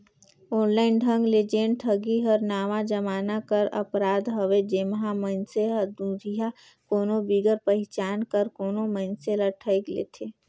online ढंग ले जेन ठगी हर नावा जमाना कर अपराध हवे जेम्हां मइनसे हर दुरिहां कोनो बिगर पहिचान कर कोनो मइनसे ल ठइग लेथे